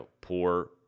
poor